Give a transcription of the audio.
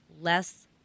less